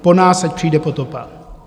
po nás ať přijde potopa.